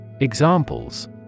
Examples